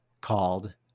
called